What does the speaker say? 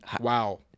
Wow